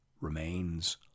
remains